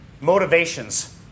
motivations